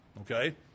okay